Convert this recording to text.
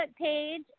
page